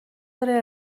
داره